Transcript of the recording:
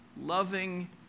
loving